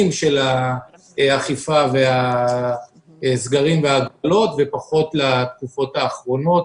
של האכיפה והסגרים וההגבלות ופחות לתקופות האחרונות.